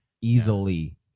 easily